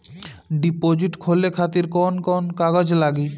Deposit खोले खातिर कौन कौन कागज लागी?